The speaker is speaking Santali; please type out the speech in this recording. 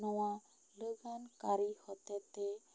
ᱱᱚᱣᱟ ᱞᱟᱜᱟᱱ ᱠᱟᱹᱨᱤ ᱦᱚᱛᱮᱛᱮ